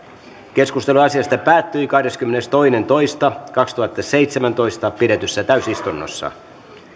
keskustelu asiasta päättyi kahdeskymmenestoinen toista kaksituhattaseitsemäntoista pidetyssä täysistunnossa